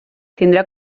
tindrà